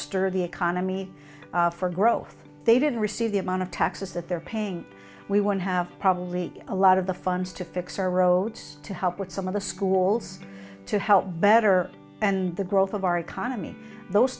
stir the economy for growth they didn't receive the amount of taxes that they're paying we would have probably a lot of the funds to fix our roads to help with some of the schools to help better and the growth of our economy those